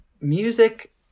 music